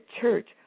church